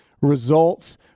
results